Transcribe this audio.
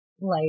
light